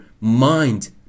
mind